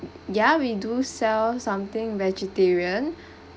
ya we do sell something vegetarian